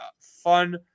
fun